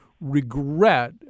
regret